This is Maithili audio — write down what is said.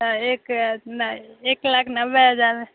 तऽ एक लाख नहि एक लाख नब्बे हजारमे